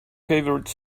favorite